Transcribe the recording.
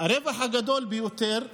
הרווח הגדול ביותר,